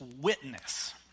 witness